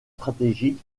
stratégiques